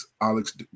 Alex